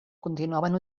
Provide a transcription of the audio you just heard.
continuaven